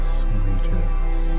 sweetest